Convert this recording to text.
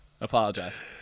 Apologize